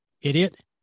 idiot